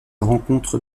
rencontre